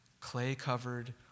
Clay-covered